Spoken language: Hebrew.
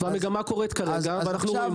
המגמה קורית כרגע ואנחנו רואים אותה.